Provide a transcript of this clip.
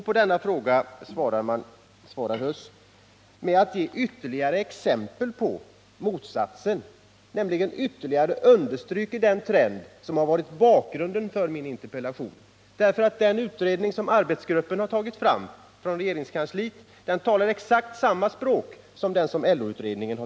På denna fråga svarar industriminister Huss med att ge Fredagen den ytterligare exempel på motsatsen, nämligen genom att ytterligare under 17 november 1978 stryka den trend som har varit bakgrunden till min interpellation. Den utredning som arbetsgruppen inom regeringskansliet har gjort talar nämligen exakt samma språk som LO-utredningen.